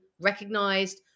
recognized